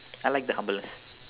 I like the humbles